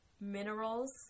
Minerals